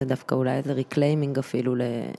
זה דווקא אולי איזה ריקליימינג אפילו ל...